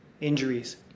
injuries